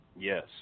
Yes